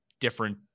different